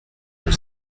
vous